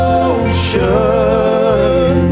ocean